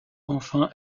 enfin